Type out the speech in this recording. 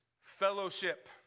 Fellowship